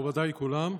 מכובדיי כולם,